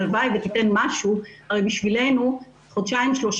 הלוואי ותיתן משהו הרי בשבילנו חודשיים-שלושה